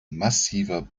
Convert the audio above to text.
massiver